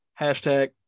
Hashtag